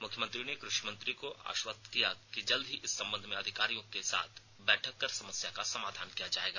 मुख्यमंत्री ने कृषिमंत्री को आश्वस्त किया कि जल्द ही इस संबंध में अधिकारियों के साथ बैठक कर समस्या का समाधान किया जायेगा